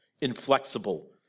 inflexible